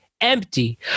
empty